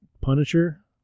Punisher